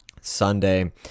Sunday